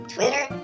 Twitter